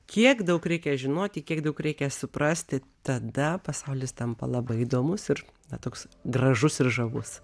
kiek daug reikia žinoti kiek daug reikia suprasti tada pasaulis tampa labai įdomus ir na toks gražus ir žavus